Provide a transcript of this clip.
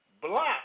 block